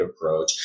approach